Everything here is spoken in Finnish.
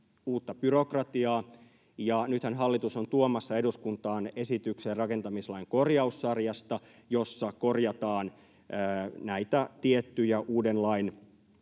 uutta byrokratiaa. Ja nythän hallitus on tuomassa eduskuntaan esityksen rakentamislain korjaussarjasta, jossa korjataan näitä tiettyjä uuden lain